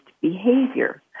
behavior